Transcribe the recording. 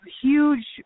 huge